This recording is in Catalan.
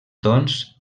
doncs